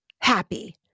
happy